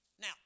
Now